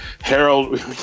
harold